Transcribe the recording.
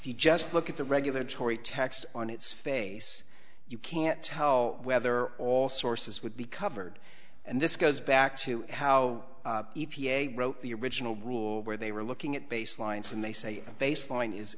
you just look at the regulatory tax on its face you can't tell whether all sources would be covered and this goes back to how e p a wrote the original rule where they were looking at baseline when they say a baseline is